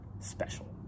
special